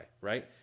right